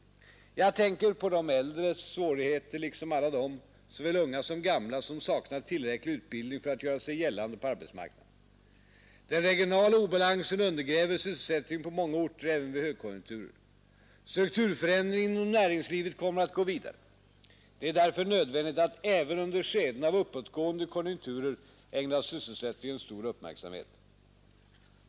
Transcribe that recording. Jag tänker på de äldres svårigheter liksom på alla dem — såväl unga som gamla — som saknar tillräcklig utbildning för att göra sig gällande på arbetsmarknaden. Den regionala obalansen undergräver sysselsättningen på många orter även vid högkonjunkturer. Strukturförändringen inom näringslivet kommer att gå vidare. Det är därför nödvändigt att även under skeden av uppåtgående konjunkturer ägna sysselsättningen stor uppmärksamhet.